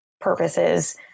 purposes